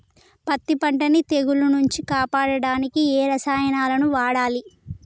పత్తి పంటని తెగుల నుంచి కాపాడడానికి ఏ రసాయనాలను వాడాలి?